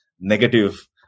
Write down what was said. negative